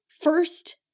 first